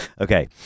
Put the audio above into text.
Okay